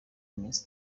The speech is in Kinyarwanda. imisi